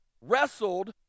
wrestled